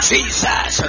Jesus